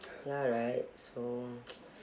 ya right so